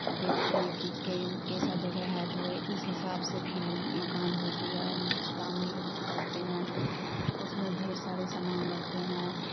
دیکھتے ہیں کہ کیسا جگہ ہے تو وہی اس حساب سے پھر مکان ہوتی ہے تعمیر کرتے ہیں اس میں ڈھیر سارے سامان لگتے ہیں